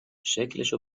شکلشو